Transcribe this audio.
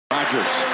Rodgers